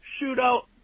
shootout